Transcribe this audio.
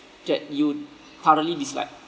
that you thoroughly dislike